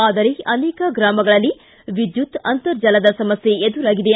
ಆದರೆ ಅನೇಕ ಗ್ರಾಮಗಳಲ್ಲಿ ವಿದ್ದುತ್ ಅಂತರ್ಜಾಲದ ಸಮಸ್ಥೆ ಎದುರಾಗಿದೆ